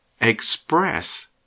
express